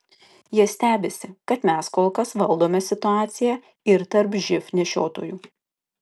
jie stebisi kad mes kol kas valdome situaciją ir tarp živ nešiotojų